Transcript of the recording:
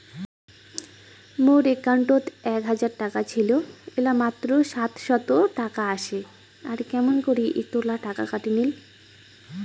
মোর একাউন্টত এক হাজার টাকা ছিল এলা মাত্র সাতশত টাকা আসে আর কেমন করি এতলা টাকা কাটি নিল?